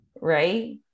Right